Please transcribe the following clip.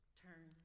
turn